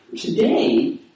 Today